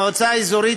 המועצה האזורית